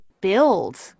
build